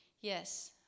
Yes